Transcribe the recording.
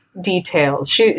details